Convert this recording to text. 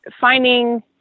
finding